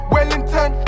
Wellington